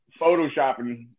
Photoshopping